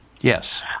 Yes